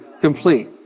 complete